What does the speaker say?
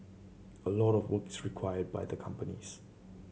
a lot of work is required by the companies